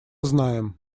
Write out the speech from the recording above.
знаем